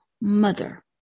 mother